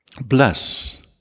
bless